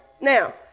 now